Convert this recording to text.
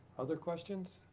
other questions?